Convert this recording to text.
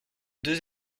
deux